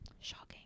Shocking